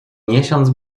miesiąc